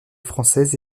française